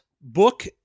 book